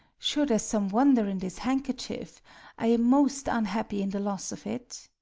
sure there's some wonder in this handkerchief i am most unhappy in the loss of it.